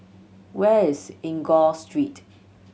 where is Enggor Street